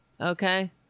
Okay